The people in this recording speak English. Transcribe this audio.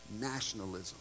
nationalism